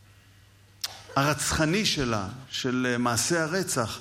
הפן הרצחני שלה, של מעשי הרצח,